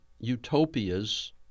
utopias